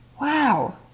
Wow